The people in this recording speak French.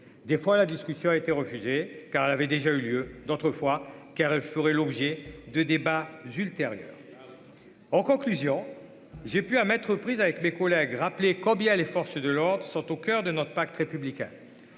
des fois, la discussion a été refusé car elle avait déjà eu lieu d'autrefois, car elle ferait l'objet de débats ultérieurs en conclusion, j'ai pu à mettre aux prises avec les collègues rappeler combien les forces de l'ordre sont au coeur de notre pacte républicain,